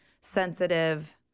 sensitive